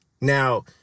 Now